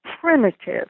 primitive